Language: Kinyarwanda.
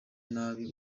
nabi